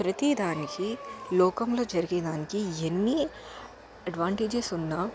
ప్రతీ దానికి లోకంలో జరిగే దానికి ఎన్ని అడ్వాంటేజెస్ ఉన్నా